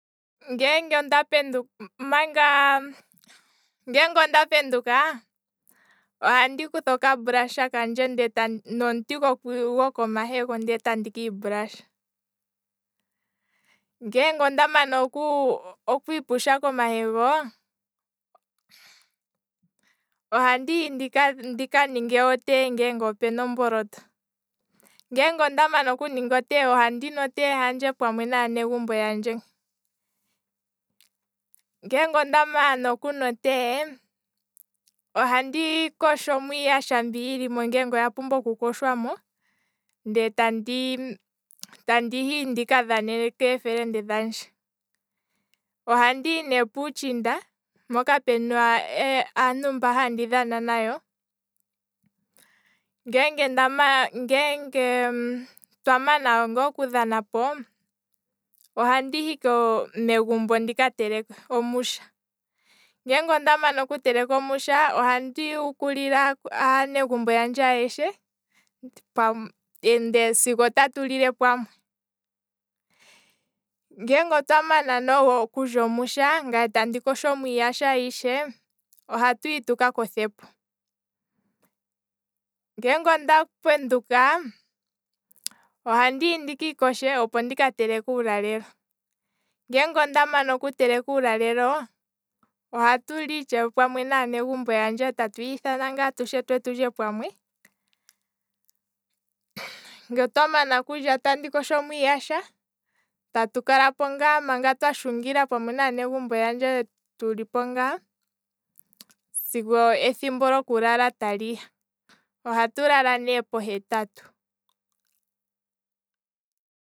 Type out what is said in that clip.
Ngeenge onda penduka, manga, ngeenge onda penduka ohandi kutha oka brush kandje ndele no- nomuti goko mahego ndee tandi kii brush, ngeenge onda mana okwiipusha komahego, ohandi hi ndika ninge o tea nge opena omboloto, ngeenge onda mana okuninga otea handje, ohandinu otea pamwe naa negumbo yandje, ngeenge onda mana okunwa o tea, ohandi koshomo iiyasha mbi yilimo ngenge oya pumbwa oku koshwamo, ndee tandi tandi hi ndika dhane keefelende dhandje, ohandi hi nee putshinda mpoka puna aantu mboka handi dhana nayo, ngeenge ndamana. ngeenge twa mana ngaa okudhanapo, ohandi hi megumbo ndika teleke omusha, ngeenge onda mana oku teleka omusha, ohandi shukulile aanegumbo yandje ayeshe, ndee sigo tatu lile pamwe, ngeenge otwa mana okulya omusha ngaye tandi koshomo iiyasha ayishe, ohatu hi tuka kothepo, ngeenge onda penduka, ohandi hindi kiikoshe opo ndika teleke uulalelo, ohatu li itshewe pamwe naanegumbo yandje, tatu yiithana atushe twe tulye pamwe, nge twamana okulya tandi koshomo iiyasha, tatu kalapo ngaa manga twa shungila tuli naanegumbo yandje tu lipo ngaa, sigo ethimbo lyokulala ta liya, ohatu lala ne pohetatu.